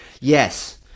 yes